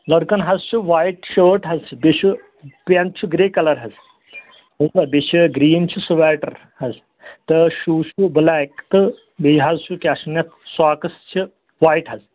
لڑکَن حظ چھُ وایِٹ شٲٹ حظ چھُ بیٚیہِ چھُ پینٛٹ گرٛے کَلر حظ بیٚیہِ چھُ گریٖن چھِ سُویٹر حظ تہٕ شوٗز چھُ بِلیک تہٕ بیٚیہِ حظ چھُ کیٛاہ چھِ وَنان اَتھ ساکٕس چھِ وایِٹ حظ